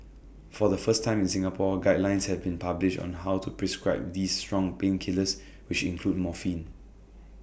for the first time in Singapore guidelines have been published on how to prescribe these strong painkillers which include morphine